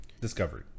Discovery